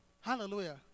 Hallelujah